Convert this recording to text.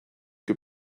que